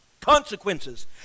consequences